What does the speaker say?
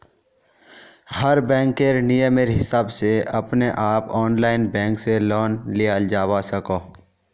हर बैंकेर नियमेर हिसाब से अपने आप ऑनलाइन बैंक से लोन लियाल जावा सकोह